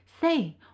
Say